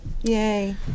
Yay